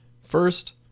First